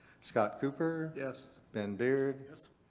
scott cooper. yes. ben beard. yes.